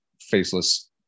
faceless